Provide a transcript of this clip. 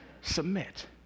submit